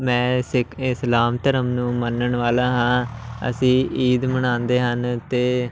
ਮੈਂ ਸਿੱਖ ਇਸਲਾਮ ਧਰਮ ਨੂੰ ਮੰਨਣ ਵਾਲਾ ਹਾਂ ਅਸੀਂ ਈਦ ਮਨਾਉਂਦੇ ਹਨ ਅਤੇ